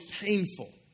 painful